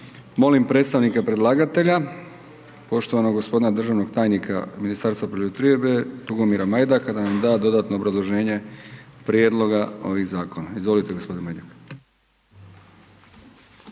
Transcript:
Molim predstavnike predlagatelja, poštovanog gospodina državnog tajnika Ministarstva poljoprivrede, Tugomira Majdaka da nam da dodatno obrazloženje prijedloga ovih zakona. Izvolite gospodin Majdak.